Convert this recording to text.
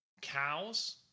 cows